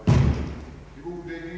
Herr talman!